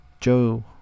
joe